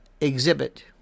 exhibit